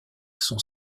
sont